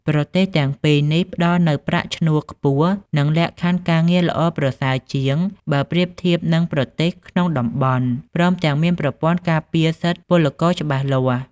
ប្រទេសទាំងពីរនេះផ្ដល់នូវប្រាក់ឈ្នួលខ្ពស់ និងលក្ខខណ្ឌការងារល្អប្រសើរជាង បើប្រៀបធៀបនឹងប្រទេសក្នុងតំបន់ ព្រមទាំងមានប្រព័ន្ធការពារសិទ្ធិពលករច្បាស់លាស់ ។